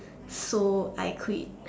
so I quit